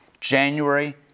January